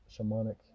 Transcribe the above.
shamanic